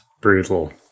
brutal